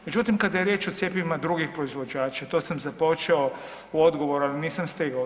Međutim, kada je riječ o cjepivima drugih proizvođača, to sam započeo u odgovoru, ali nisam stigao.